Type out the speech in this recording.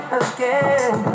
again